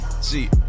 see